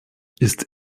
ist